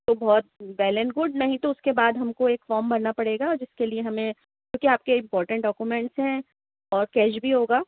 تو بہت well and good نہیں تو اُس کے بعد ہم کو ایک فام بھرنا پڑے گا جس کے لیے ہمیں کیوں کہ آپ کے امپارٹینٹ ڈاکومنٹس ہیں اور کیش بھی ہوگا